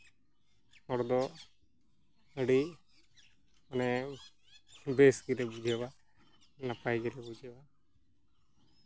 ᱦᱚᱲ ᱫᱚ ᱟᱹᱰᱤ ᱢᱟᱱᱮ ᱵᱮᱥ ᱜᱮᱞᱮ ᱵᱩᱡᱷᱟᱹᱣᱟ ᱱᱟᱯᱟᱭ ᱜᱮᱞᱮ ᱵᱩᱡᱷᱟᱹᱣᱟ